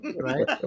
right